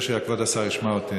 שכבוד השר ישמע אותי,